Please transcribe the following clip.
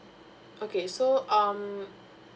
okay so um